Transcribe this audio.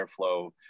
airflow